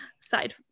side